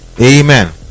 Amen